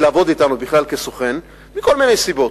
לעבוד אתנו בכלל כסוכן, מכל מיני סיבות,